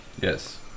Yes